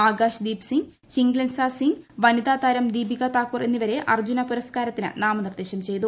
ആകാശ് ദീപ്സിംഗ് ചിംഗ്ലെൻസന സിംഗ് വനിതാ താരം ദീപികാ താക്കൂർ എന്നിവളു ആർജ്ജുന പുരസ്കാരത്തിന് നാമനിർദ്ദേശം ചെയ്തു